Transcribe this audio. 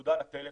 התעודה לטלפון,